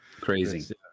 Crazy